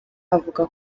avuga